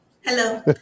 Hello